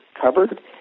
covered